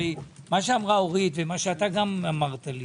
הרי מה שאמרה אורית וגם אתה אמרת לי